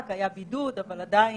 ולכן,